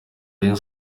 rayon